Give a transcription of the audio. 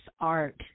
art